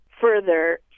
further